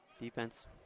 Defense